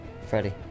Freddie